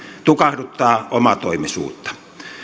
tukahduttaa omatoimisuutta